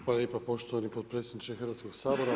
Hvala lijepo poštovani potpredsjedniče Hrvatskog sabora.